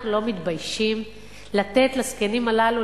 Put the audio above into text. אנחנו לא מתביישים לתת לזקנים הללו,